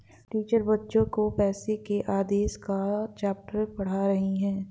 teacher बच्चो को पैसे के आदेश का चैप्टर पढ़ा रही हैं